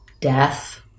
death